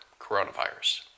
coronavirus